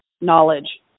knowledge